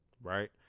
right